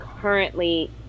currently